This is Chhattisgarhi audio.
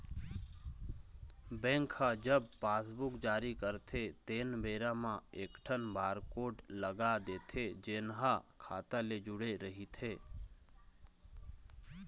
बेंक ह जब पासबूक जारी करथे तेन बेरा म एकठन बारकोड लगा के देथे जेन ह खाता ले जुड़े रहिथे